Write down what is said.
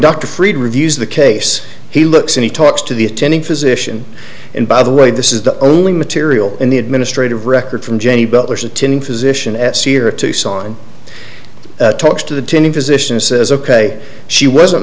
dr fried reviews the case he looks and he talks to the attending physician and by the way this is the only material in the administrative record from jenny butler's attending physician at sere tucson talks to the tinning physicians says ok she wasn't